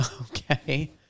okay